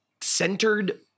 centered